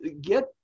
get